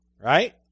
right